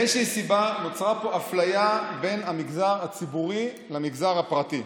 מאיזושהי סיבה נוצרה פה אפליה בין המגזר הציבורי למגזר הפרטי.